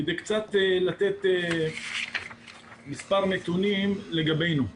כדי לתת מספר נתונים לגבינו.